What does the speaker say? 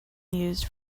used